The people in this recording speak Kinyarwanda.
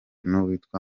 n’uwitwa